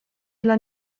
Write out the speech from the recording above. dla